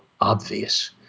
obvious